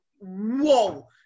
whoa